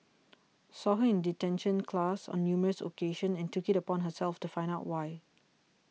saw her in detention class on numerous occasions and took it upon herself to find out why